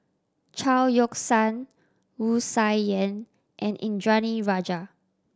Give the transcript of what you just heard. Chao Yoke San Wu Tsai Yen and Indranee Rajah